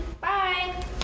Bye